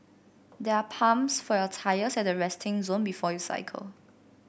there are pumps for your tyres at the resting zone before you cycle